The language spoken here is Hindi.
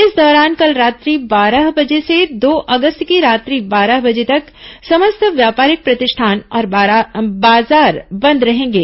इस दौरान कल रात्रि बारह बजे से दो अगस्त की रात्रि बारह बजे तक समस्त व्यापारिक प्रतिष्ठान और बाजार बंद रहेंगे